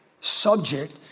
subject